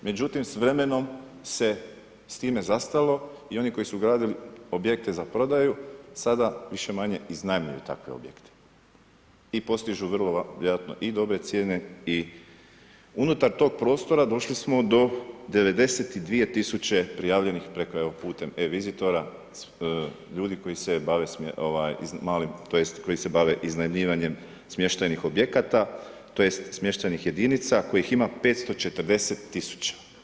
Međutim, s vremenom se s time zastalo i oni koji su gradili objekte za prodaju sada više-manje iznajmljuju takve objekte i postižu vrlo vjerojatno i dobre cijene i unutar tog prostora došli smo do 92 tisuće prijavljenih preko evo putem e-visitora ljudi koji se bave malim tj. koji se bave iznajmljivanjem smještajnih objekata tj. smještajnih jedinica kojih ima 540 tisuća.